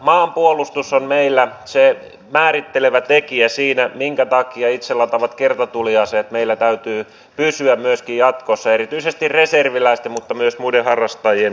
maanpuolustus on meillä se määrittelevä tekijä siinä minkä takia itselataavien kertatuliaseiden meillä täytyy pysyä myöskin jatkossa erityisesti reserviläisten mutta myös muiden harrastajien käytössä